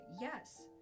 yes